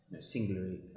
singularly